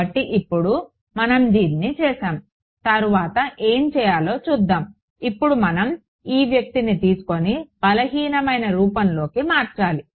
కాబట్టి ఇప్పుడు మనం దీన్ని చేసాము తరువాత ఏమి చేయాలో చూద్దాం ఇప్పుడు మనం ఈ వ్యక్తిని తీసుకొని బలహీనమైన రూపంలోకి మార్చాలి